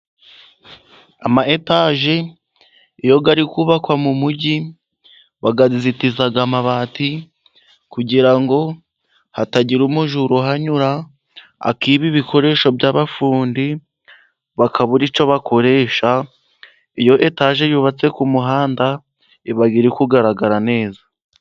Ama etaje iyo ari kubakwa mu mujyi bayazitiza amabati , kugira ngo hatagira umujura uhanyura akiba ibikoresho by'abafundi, bakabura icyo bakoresha . Iyo etaje yubatse ku muhanda iba iri kugaragara neza.